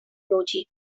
ludzi